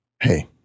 Hey